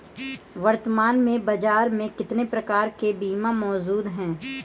वर्तमान में बाज़ार में कितने प्रकार के बीमा मौजूद हैं?